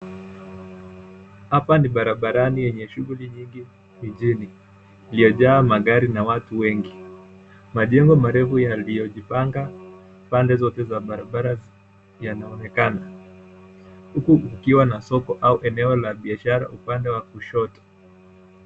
Hapa ni barabarani yenye shughuli nyingi mjini iliyojaa magari na watu wengi. Majengo marefu yaliyojipanga pande zote za barabara yanaonekana huku kukiwa na soko au eneo la biashara upande wa kushoto.